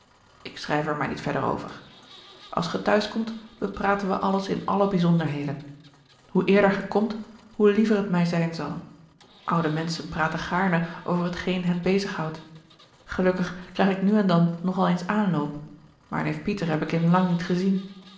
ik schrijf er maar niet verder over als ge t'huis komt bepraten wij alles in alle bijzonderheden hoe eerder gij komt hoe liever het mij zijn zal oude menschen praten gaarne over hetgeen hen bezig houdt gelukkig krijg ik nu en dan nog al eens aanloop maar neef pieter heb ik in lang niet gezien